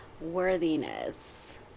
worthiness